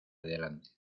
adelante